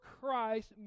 Christ